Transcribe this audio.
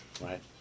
right